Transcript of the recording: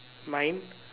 mind